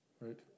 Right